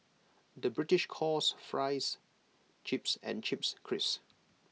the British calls Fries Chips and Chips Crisps